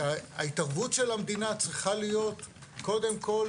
שההתערבות של המדינה צריכה להיות קודם כל